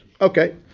okay